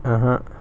(uh huh)